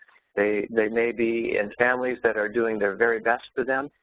they they may be in families that are doing their very best to them,